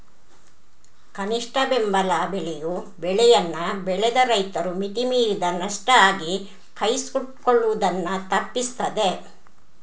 ಕನಿಷ್ಠ ಬೆಂಬಲ ಬೆಲೆಯು ಬೆಳೆಯನ್ನ ಬೆಳೆದ ರೈತರು ಮಿತಿ ಮೀರಿದ ನಷ್ಟ ಆಗಿ ಕೈ ಸುಟ್ಕೊಳ್ಳುದನ್ನ ತಪ್ಪಿಸ್ತದೆ